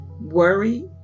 worry